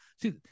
see